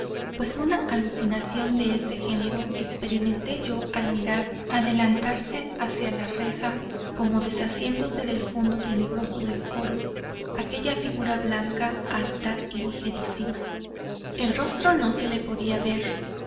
pues una alucinación de ese género experimenté yo al mirar adelantarse hacia la reja como desasiéndose del fondo tenebroso del coro aquella figura blanca alta y ligerísima el rostro no se lo podía ver